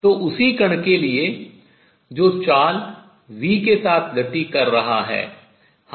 तो उसी कण के लिए जो चाल v के साथ गति कर रहा है